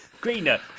Greener